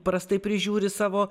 prastai prižiūri savo